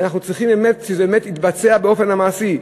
אנחנו צריכים שזה באמת יתבצע באופן מעשי,